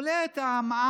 הוא העלה את המע"מ.